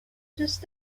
دوست